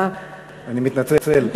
אני מתנצל.